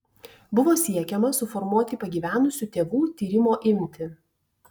buvo siekiama suformuoti pagyvenusių tėvų tyrimo imtį